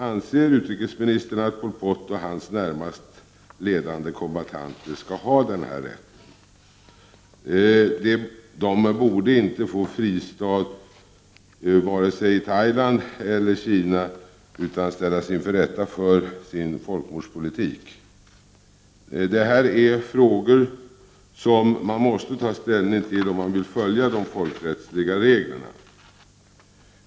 Anser utrikesministern att Pol Pot och hans närmaste ledande kombattanter skall ha denna rätt? De borde inte få fristad vare sig i Thailand eller Kina utan ställas inför rätta för sin folkmordspolitik. Detta är frågor som man måste ta ställning till om man vill följa de folkrättsliga reglerna.